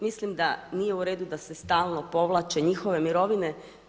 Mislim da nije u redu da se stalno povlače njihove mirovine.